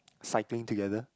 cycling together